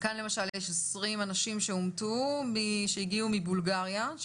כאן יש 20 אנשים שהגיעו מבולגריה ואומתו.